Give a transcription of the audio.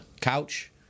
couch